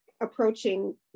Approaching